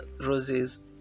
roses